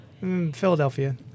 Philadelphia